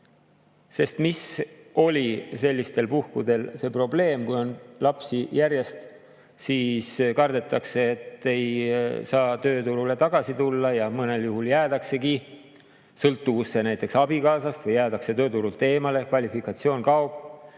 Sest mis on sellistel puhkudel probleem? Kui lapsed [sünnivad] järjest, siis kardetakse, et ei saa tööturule tagasi tulla ja mõnel juhul jäädaksegi sõltuvusse näiteks abikaasast või jäädakse tööturult eemale, kvalifikatsioon kaob.